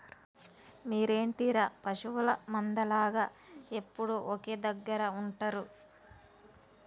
మీరేంటిర పశువుల మంద లాగ ఎప్పుడు ఒకే దెగ్గర ఉంటరు